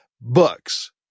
Books